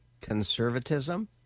conservatism